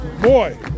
boy